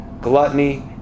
gluttony